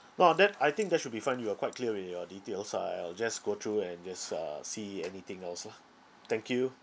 no that I think that should be fine you are quite clear with your details so I will just go through and just uh see anything else lah thank you